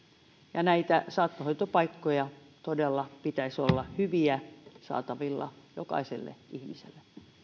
ja näitä hyviä saattohoitopaikkoja pitäisi todella olla saatavilla jokaiselle ihmiselle